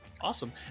Awesome